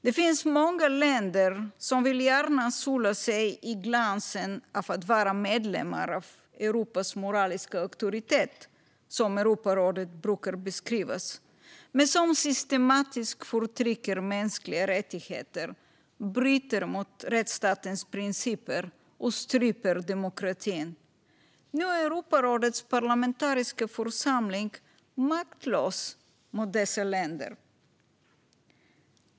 Det finns många länder som gärna vill sola sig i glansen av att vara medlemmar av Europas moraliska auktoritet, som Europarådet brukar beskrivas, men som systematiskt bryter mot mänskliga rättigheter, bryter mot rättsstatens principer och stryper demokratin. Nu är Europarådets parlamentariska församling maktlös gentemot dessa länder.